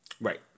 Right